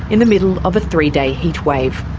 in the middle of a three-day heat wave.